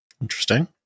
Interesting